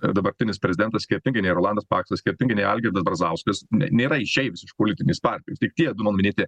ir dabartinis prezidentas skirtingai nei rolandas paksas skirtingai nei algirdas brazauskas nėra išeivis iš politinės partijos tik tie du mano minėti